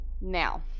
now